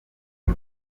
iyi